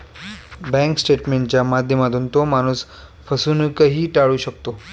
bank स्टेटमेंटच्या माध्यमातून तो माणूस फसवणूकही टाळू शकतो